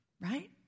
right